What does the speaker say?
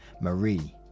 Marie